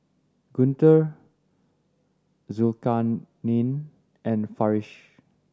Guntur Zulkarnain and Farish